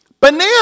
Banana